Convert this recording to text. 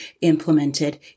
implemented